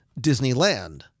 Disneyland